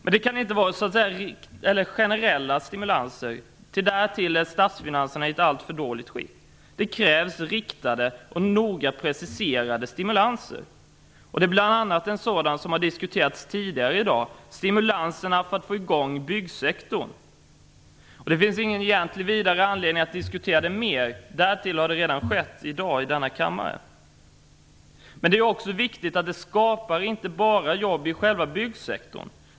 Men det kan inte vara generella stimulanser, ty därtill är statsfinanserna i ett alltför dåligt skick. Det krävs riktade och noga preciserade stimulanser. Det är bl.a. sådana som har diskuterats tidigare i dag, dvs. stimulanserna för att få i gång byggsektorn. Det finns ingen egentlig anledning att diskutera det mer, och därtill har det redan diskuterats i dag, i denna kammare. Det är också viktigt att stimulanserna skapar jobb inte bara i själva byggsektorn.